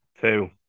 Two